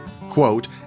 Quote